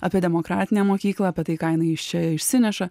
apie demokratinę mokyklą apie tai ką jinai iš čia išsineša